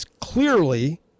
clearly